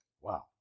Wow